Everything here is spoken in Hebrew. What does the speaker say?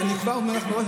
אז אני כבר אומר לך מראש,